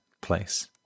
place